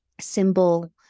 symbol